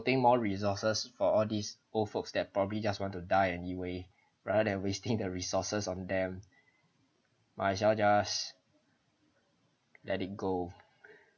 devoting more resources for all these old folks that probably just want to die anyway rather than wasting the resources on them might as well just let it go